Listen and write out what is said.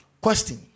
question